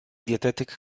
dietetyk